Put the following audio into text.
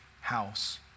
house